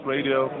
Radio